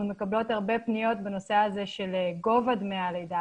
אנחנו מקבלות הרבה פניות בנושא הזה של גובה דמי הלידה,